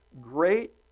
great